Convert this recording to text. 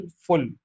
full